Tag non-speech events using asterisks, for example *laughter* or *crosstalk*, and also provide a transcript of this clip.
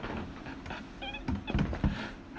*laughs*